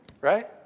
Right